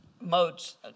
modes